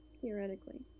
Theoretically